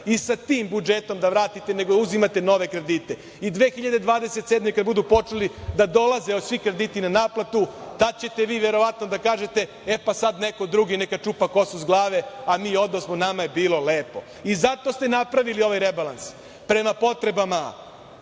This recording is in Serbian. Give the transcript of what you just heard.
i sa tim budžetom da vratite, nego uzimate nove kredite. Godine 2027, kad budu počeli da dolaze svi krediti na naplatu, tad ćete vi verovatno da kažete - e, pa sad neko drugi neka čupa kosu sa glave a mi odosmo, nama je bilo lepo. Zato ste napravili ovaj rebalans, prema potrebama